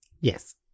Yes